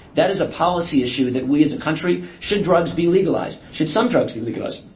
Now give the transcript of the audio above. that is a policy issue that we as a country should drugs be legalized? should some drugs be legalized?